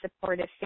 supportive